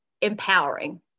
empowering